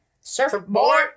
Surfboard